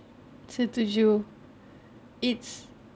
setuju it's